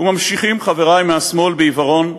וממשיכים חברי מהשמאל בעיוורון,